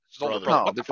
No